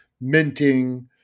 minting